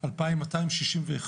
2,261